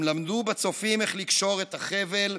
הם למדו בצופים איך לקשור את החבל,